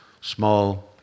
small